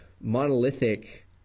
monolithic